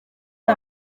ngo